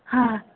ꯍꯥ